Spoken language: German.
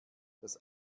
das